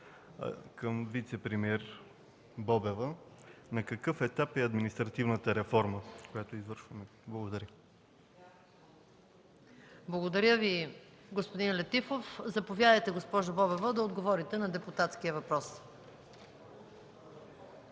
към вицепремиера Бобева: на какъв етап е административната реформа, която извършваме? Благодаря. ПРЕДСЕДАТЕЛ МАЯ МАНОЛОВА: Благодаря Ви, господин Летифов. Заповядайте, госпожо Бобева, да отговорите на депутатския въпрос.